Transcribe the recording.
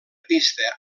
pista